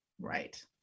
Right